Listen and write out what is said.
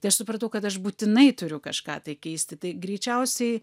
tai aš suprantu kad aš būtinai turiu kažką tai keisti tai greičiausiai